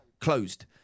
closed